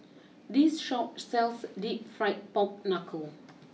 this Shop sells deep Fried Pork Knuckle